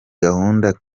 gahunda